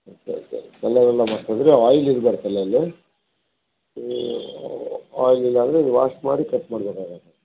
okay okay colour ಎಲ್ಲ ಮಾಡ್ಸಬೇಕಂದ್ರೆ oil ಇರಬಾರ್ದು ತಲೆಯಲ್ಲಿ ಆಯಿಲ್ ಇಲ್ಲಾಂದರೆ ವಾಶ್ ಮಾಡಿ ಕಟ್ ಮಾಡಬೇಕಾಗತ್ತೆ